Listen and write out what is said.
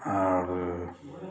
आओर